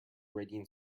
rating